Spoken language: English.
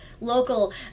local